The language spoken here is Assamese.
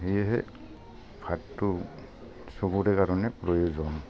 সেয়েহে ভাতটো চবৰে কাৰণে প্ৰয়োজন